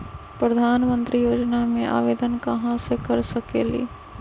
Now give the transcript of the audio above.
प्रधानमंत्री योजना में आवेदन कहा से कर सकेली?